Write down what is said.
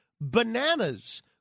bananas